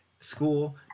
school